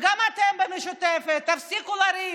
וגם אתם, במשותפת, תפסיקו לריב.